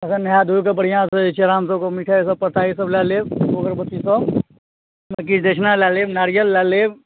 एखन नहा धोएकऽ बढ़िऑंसँ जे छै से आरामसँ जे छै से मिठाई सब परसादी सब लए लेब अगरबत्ती सब किछु दक्षिणा लए लेब नारियल लए लेब